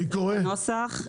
אני אקרא את הנוסח.